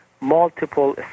multiple